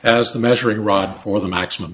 as the measuring rod for the maximum